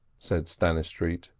said stannistreet,